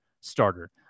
starter